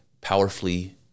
powerfully